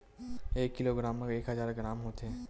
एक किलोग्राम मा एक हजार ग्राम होथे